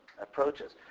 approaches